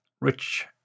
Rich